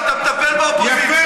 אתה מטפל באופוזיציה.